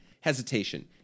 hesitation